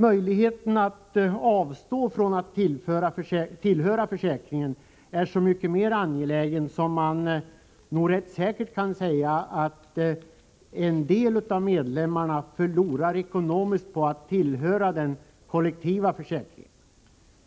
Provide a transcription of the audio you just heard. Möjligheten att avstå från att tillhöra försäkringen är så mycket mer angelägen som man nog rätt säkert kan säga att en del av medlemmarna förlorar ekonomiskt på att tillhöra den kollektiva försäkringen.